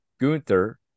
Gunther